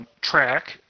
track